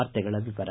ವಾರ್ತೆಗಳ ವಿವರ